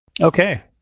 Okay